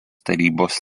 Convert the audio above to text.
tarybos